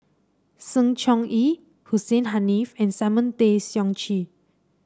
Sng Choon Yee Hussein Haniff and Simon Tay Seong Chee